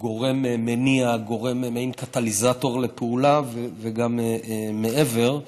גורם מניע, מעין קטליזטור לפעולה, וגם מעבר.